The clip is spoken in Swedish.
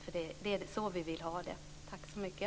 Det är så vi vill ha det. Tack så mycket.